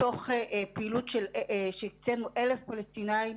מתוך פעילות שהקצנו 1,000 פלסטינים,